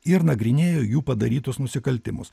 ir nagrinėjo jų padarytus nusikaltimus